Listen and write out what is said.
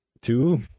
two